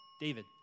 David